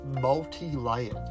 multi-layered